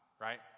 right